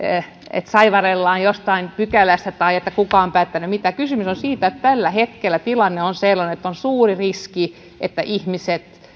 että saivarrellaan jostain pykälästä tai että kuka on päättänyt mitä kysymys on siitä että tällä hetkellä tilanne on sellainen että on suuri riski että ihmiset